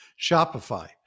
Shopify